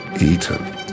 eaten